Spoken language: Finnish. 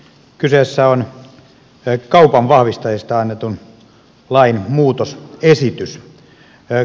kyseessä on kaupanvahvistajista annetun lain muutosesitys